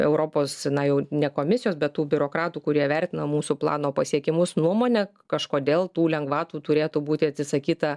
europos na jau ne komisijos bet tų biurokratų kurie vertina mūsų plano pasiekimus nuomone kažkodėl tų lengvatų turėtų būti atsisakyta